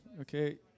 Okay